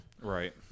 Right